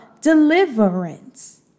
deliverance